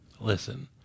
Listen